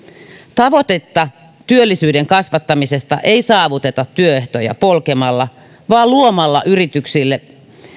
tavoitetta työllisyyden kasvattamisesta ei saavuteta työehtoja polkemalla vaan luomalla yrityksille